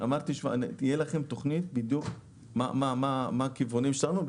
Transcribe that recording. תוך שבועיים תהיה לכם תוכנית בדיוק מה הכיוונים שלנו,